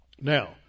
Now